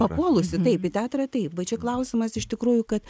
papuolusi taip į teatrą taip va čia klausimas iš tikrųjų kad